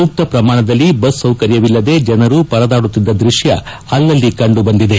ಸೂಕ್ತ ಪ್ರಮಾಣದಲ್ಲಿ ಬಸ್ ಸೌಕರ್ಯವಿಲ್ಲದೇ ಜನರು ಪರದಾಡುತ್ತಿದ್ದ ದೃಶ್ಯ ಅಲ್ಲಲ್ಲಿ ಕಂಡು ಬಂದಿದೆ